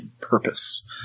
purpose